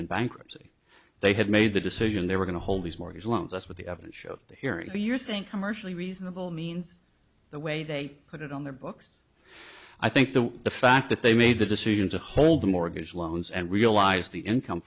in bankruptcy they had made the decision they were going to hold these mortgage loans that's what the evidence showed here you're saying commercially reasonable means the way they put it on their books i think the fact that they made the decision to hold the mortgage loans and realize the income